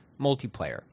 multiplayer